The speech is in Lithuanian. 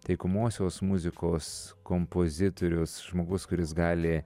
taikomosios muzikos kompozitorius žmogus kuris gali